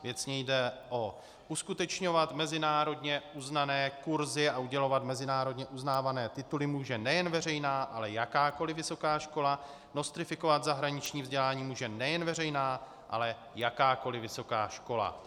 Věcně jde o to, že uskutečňovat mezinárodně uznané kurzy a udělovat mezinárodně uznávané tituly může nejen veřejná, ale jakákoli vysoká škola, nostrifikovat zahraniční vzdělání může nejen veřejná, ale jakákoliv vysoká škola.